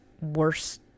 worse